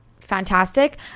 fantastic